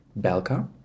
Belka